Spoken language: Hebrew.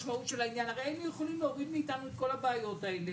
הרי היינו יכולים להוריד מאתנו את כל הבעיות האלה,